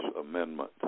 amendment